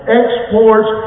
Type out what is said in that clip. exports